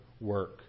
work